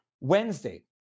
Wednesday